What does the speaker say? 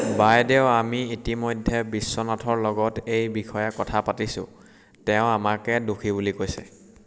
বাইদেউ আমি ইতিমধ্যে বিশ্বনাথৰ লগত এই বিষয়ে কথা পাতিছোঁ তেওঁ আমাকে দোষী বুলি কৈছে